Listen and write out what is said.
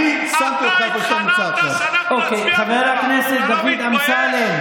חברי הכנסת מהאופוזיציה,